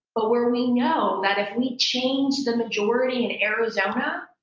but where we know that if we change the majority in arizona,